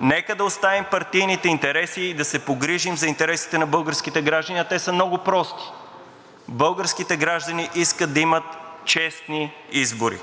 нека да оставим партийните интереси и да се погрижим за интересите на българските граждани, а те са много прости. Българските граждани искат да имат честни избори.